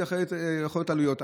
וזה יכול לגרור עלויות.